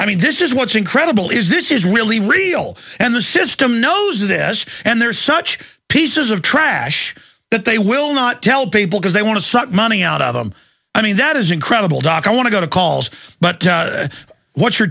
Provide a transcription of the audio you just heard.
i mean this is what's incredible is this is really real and the system knows this and there's such pieces of trash that they will not tell people because they want to suck money out of them i mean that is incredible doc i want to go to calls but what's your